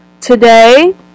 Today